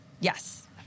Yes